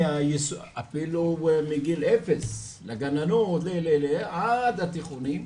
אפילו מגיל אפס, לגננות עד התיכונים.